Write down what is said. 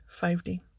5D